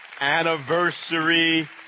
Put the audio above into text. anniversary